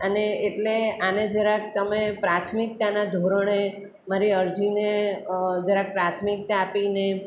અને એટલે આને જરાક તમે પ્રાથમિકતાના ધોરણે મારી અરજીને જરાક પ્રાથમિકતા આપીને